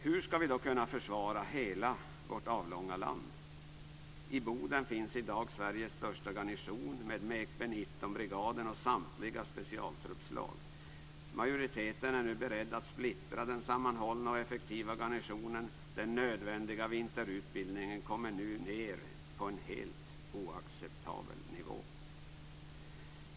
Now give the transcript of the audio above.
Hur ska vi kunna försvara hela vårt avlånga land? I Boden finns i dag Sveriges största garnison med MekB 19 och samtliga specialtruppslag. Men majoriteten är nu beredd att splittra den sammanhållna och effektiva garnisonen. Den nödvändiga vinterutbildningen kommer ned på en helt oacceptabel nivå.